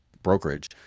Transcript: brokerage